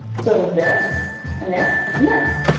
so does this and this and this.